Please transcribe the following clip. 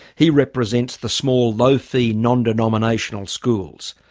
he represents the small low fee non-denominational schools,